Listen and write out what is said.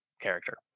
character